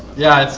yeah, it's